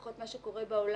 לפחות מה שקורה בעולם,